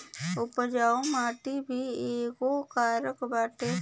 उपजाऊ माटी भी एगो कारक बाटे